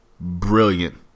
brilliant